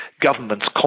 governments